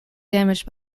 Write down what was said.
damaged